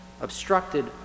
obstructed